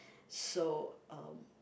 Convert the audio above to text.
so uh